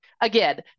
Again